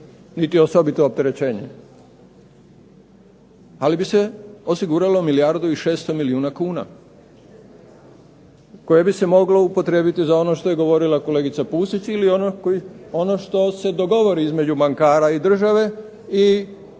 niti osobito opterećenje. Ali bi se osiguralo milijardu i 600 milijuna kuna koje bi se moglo upotrijebiti za ono što je govorila kolegica Pusić ili ono što se dogovori između bankara i države i